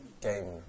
game